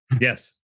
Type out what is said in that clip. Yes